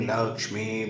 Lakshmi